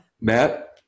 Matt